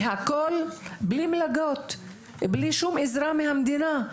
הם לומדים בלי מלגות ובלי עזרה מהמדינה.